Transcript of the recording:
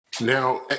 Now